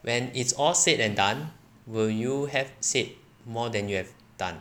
when it's all said and done will you have said more than you have done